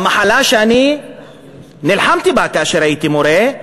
המחלה שנלחמתי בה כשהייתי מורה,